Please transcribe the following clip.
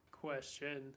question